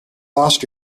lost